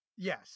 Yes